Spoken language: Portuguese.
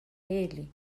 ele